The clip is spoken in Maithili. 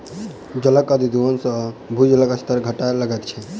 जलक अतिदोहन सॅ भूजलक स्तर घटय लगैत छै